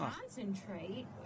Concentrate